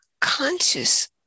Conscious